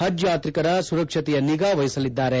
ಹಜ್ ಯಾತ್ರಿಕರ ಸುರಕ್ಷತೆಯ ನಿಗಾ ವಹಿಸಲಿದ್ದಾರೆ